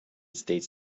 states